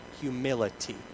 humility